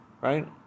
Right